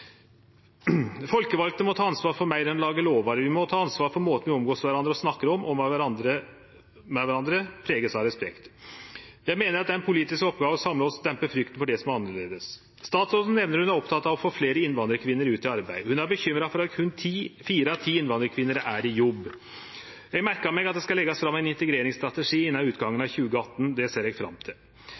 Folkevalde må ta ansvar for meir enn å lage lover. Vi må òg ta ansvar for at måten vi omgåst kvarandre og snakkar om og med kvarandre på, vert prega av respekt. Eg meiner det er ei politisk oppgåve å samle oss og dempe frykta for det som er annleis. Statsråden nemnde at ho er oppteken av å få fleire innvandrarkvinner ut i arbeid. Ho er bekymra for at berre fire av ti innvandrarkvinner er i jobb. Eg merka meg at det skal leggjast fram ein integreringsstrategi innan utgangen av 2018. Det ser eg fram til.